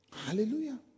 Hallelujah